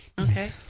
Okay